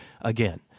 again